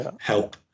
help